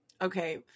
Okay